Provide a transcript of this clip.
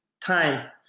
time